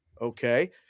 okay